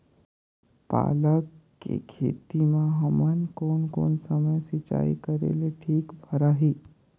पाला के खेती मां हमन कोन कोन समय सिंचाई करेले ठीक भराही?